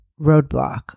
roadblock